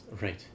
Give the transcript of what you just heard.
Right